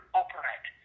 operate